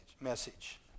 message